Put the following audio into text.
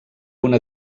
una